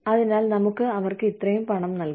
അതിനാൽ നമുക്ക് അവർക്ക് ഇത്രയും പണം നൽകാം